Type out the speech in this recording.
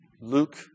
Luke